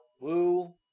Woo